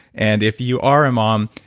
and if you are a mom,